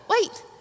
wait